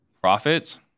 profits